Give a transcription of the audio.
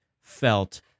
felt